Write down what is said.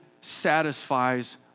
satisfies